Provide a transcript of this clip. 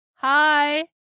Hi